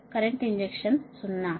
current injection 0